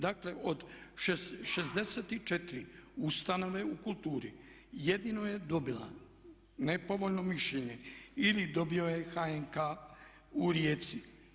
Dakle, od 64 ustanove u kulturi jedino je dobila nepovoljno mišljenje ili dobio je HNK u Rijeci.